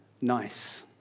nice